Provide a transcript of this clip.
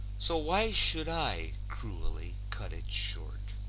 so why should i cruelly cut it short?